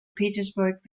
petersburg